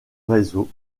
réseau